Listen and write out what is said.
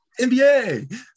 NBA